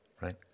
right